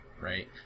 Right